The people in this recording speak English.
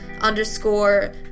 underscore